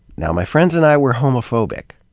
now, my friends and i were homophobic.